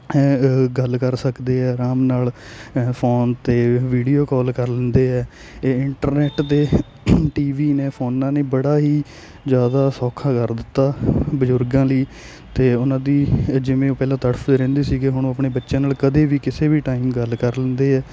ਗੱਲ ਕਰ ਸਕਦੇ ਹੈ ਆਰਾਮ ਨਾਲ ਫੋਨ 'ਤੇ ਵੀਡੀਓ ਕੌਲ ਕਰ ਲੈਂਦੇ ਹੈ ਇਹ ਇੰਟਰਨੈੱਟ ਦੇ ਟੀਵੀ ਨੇ ਫੋਨਾਂ ਨੇ ਬੜਾ ਹੀ ਜ਼ਿਆਦਾ ਸੌਖਾ ਕਰਤਾ ਦਿੱਤਾ ਬਜ਼ੁਰਗਾਂ ਲਈ ਅਤੇ ਉਨ੍ਹਾਂ ਦੀ ਜਿਵੇਂ ਉਹ ਪਹਿਲਾਂ ਤੜਫਦੇ ਰਹਿੰਦੇ ਸੀਗੇ ਹੁਣ ਉਹ ਆਪਣੇ ਬੱਚਿਆਂ ਨਾਲ ਕਦੇ ਵੀ ਕਿਸੇ ਵੀ ਟਾਈਮ ਗੱਲ ਕਰ ਲੈਂਦੇ ਹੈ